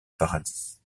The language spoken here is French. paradis